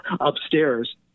upstairs